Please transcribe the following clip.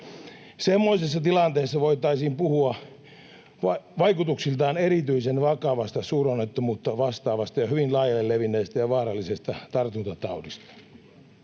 Semmoisessa tilanteessa voitaisiin puhua vaikutuksiltaan erityisen vakavasta suuronnettomuutta vastaavasta ja hyvin laajalle levinneestä ja vaarallisesta tartuntataudista.